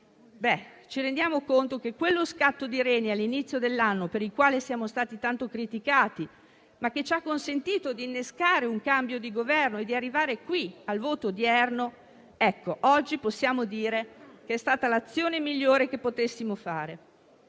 ci rendiamo conto che quello scatto di reni all'inizio dell'anno, per il quale siamo stati tanto criticati, ma che ci ha consentito di innescare un cambio di Governo e di arrivare al voto odierno, oggi possiamo dire che è stata l'azione migliore che potessimo fare.